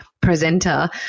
presenter